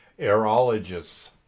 aerologists